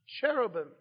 cherubim